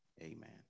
Amen